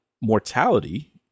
mortality